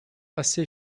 assez